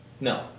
No